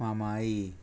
मामाई